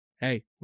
Hey